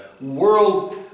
world